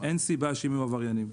אין סיבה שהם יהיו עבריינים.